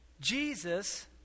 Jesus